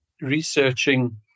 researching